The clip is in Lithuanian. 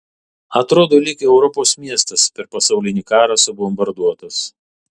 atrodo lyg europos miestas per pasaulinį karą subombarduotas